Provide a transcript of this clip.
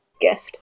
gift